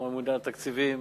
גם הממונה על התקציבים,